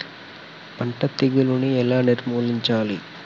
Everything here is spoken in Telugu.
పంట తెగులుని ఎలా నిర్మూలించాలి?